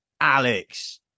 Alex